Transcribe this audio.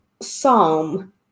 psalm